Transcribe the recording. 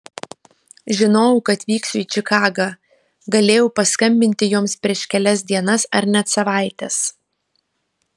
žinojau kad vyksiu į čikagą galėjau paskambinti joms prieš kelias dienas ar net savaites